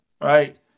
right